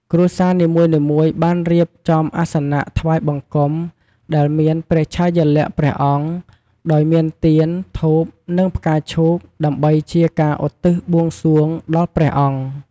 គ្រួសារនីមួយៗបានរៀបចំអាសនៈថ្វាយបង្គំដែលមានព្រះឆាយាល័ក្ខណ៍ព្រះអង្គ ដោយមានទៀន ធូប និងផ្កាឈូក ដើម្បីជាការឧទ្ទិសបួងសួងដល់ព្រះអង្គ។